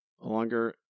longer